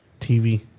TV